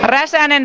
räsänen